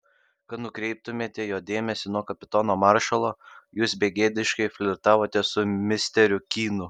kad nukreiptumėte jo dėmesį nuo kapitono maršalo jūs begėdiškai flirtavote su misteriu kynu